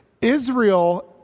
Israel